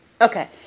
okay